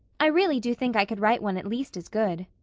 i really do think i could write one at least as good.